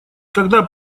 когда